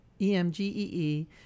E-M-G-E-E